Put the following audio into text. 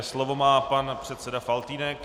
Slovo má pan předseda Faltýnek.